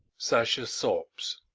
sasha sobs.